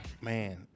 Man